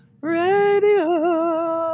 Radio